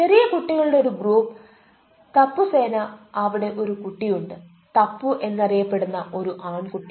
ചെറിയ കുട്ടികളുടെ ഒരു ഗ്രൂപ്പ് തപ്പുസേന അവിടെ ഒരു കുട്ടിയുണ്ട് തപ്പു എന്നറിയപ്പെടുന്ന ഒരു ആൺകുട്ടി